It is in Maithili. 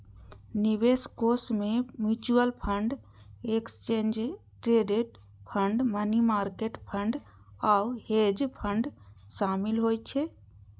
निवेश कोष मे mutual fund, exchange traded fund, money market fund आ हेज फंड शामिल होइ छै